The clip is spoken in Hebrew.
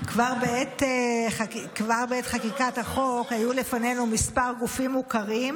כבר בעת חקיקת החוק היו לפנינו כמה גופים מוכרים,